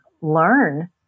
learn